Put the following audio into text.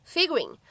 Figuring